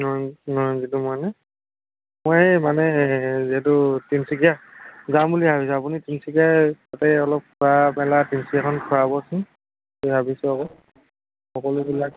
মানে মই মানে যিহেতু তিনিচুকীয়া যাম বুলি ভাবিছোঁ আপুনি তিনিচুকীয়া তাতে অলপ তিনিচুকীয়াখন ফুৰাবচোন সকলোবিলাক